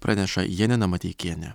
praneša janina mateikienė